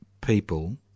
people